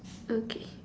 okay